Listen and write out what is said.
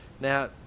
Now